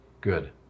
Good